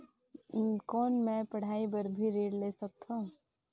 कौन मै पढ़ाई बर भी ऋण ले सकत हो?